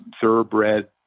thoroughbred